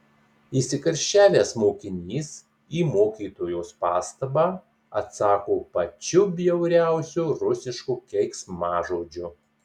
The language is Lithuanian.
įsikarščiavęs mokinys į mokytojos pastabą atsako pačiu bjauriausiu rusišku keiksmažodžiu